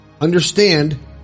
Understand